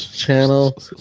Channel